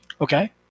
Okay